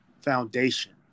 foundation